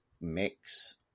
mix